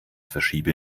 verschiebe